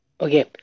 Okay